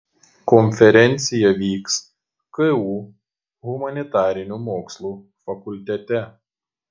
konferencija vyks ku humanitarinių mokslų fakultete